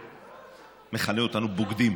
ומכנה אותנו בוגדים